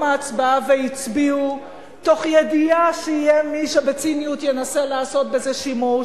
ההצבעה והצביעו תוך ידיעה שיהיה מי שבציניות ינסה לעשות בזה שימוש,